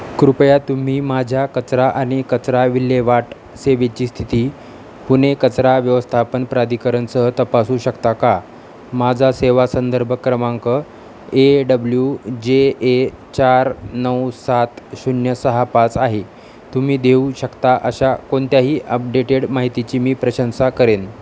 कृपया तुम्ही माझ्या कचरा आणि कचरा विल्हेवाट सेवेची स्थिती पुणे कचरा व्यवस्थापन प्राधिकरणसह तपासू शकता का माझा सेवा संदर्भ क्रमांक ए डब्ल्यू जे ए चार नऊ सात शून्य सहा पाच आहे तुम्ही देऊ शकता अशा कोणत्याही अपडेटेड माहितीची मी प्रशंसा करेन